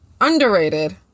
Underrated